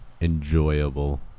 enjoyable